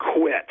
quit